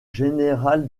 général